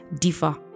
differ